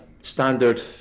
standard